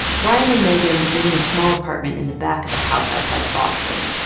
brian and megan live in a small apartment in the back of a house outside boston.